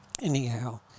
anyhow